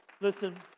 Listen